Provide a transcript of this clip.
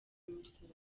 imisoro